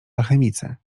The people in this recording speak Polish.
alchemicy